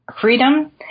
freedom